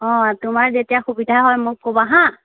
অ তোমাৰ যেতিয়া সুবিধা হয় মোক ক'বা হা